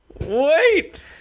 wait